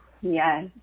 Yes